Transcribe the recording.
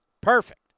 Perfect